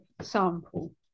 sample